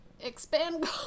expand